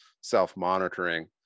self-monitoring